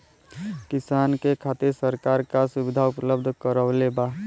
किसान के खातिर सरकार का सुविधा उपलब्ध करवले बा?